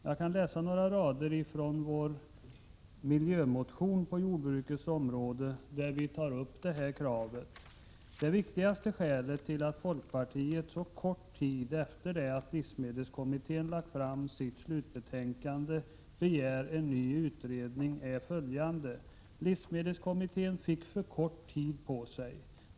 Jag kan läsa några rader från folkpartiets miljömotion på jordbrukets område där vi tar upp detta krav: Det viktigaste skälet till att folkpartiet så kort tid efter det att livsmedelskommittén lagt fram sitt slutbetänkande begär en ny utredning är följande: Livsmedelskommittén fick för kort tid på sig.